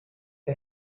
the